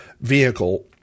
vehicle